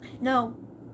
No